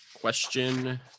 Question